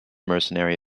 mercenary